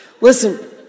Listen